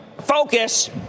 Focus